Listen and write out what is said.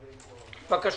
בבקשה.